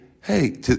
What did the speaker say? hey